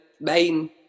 main